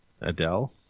Adele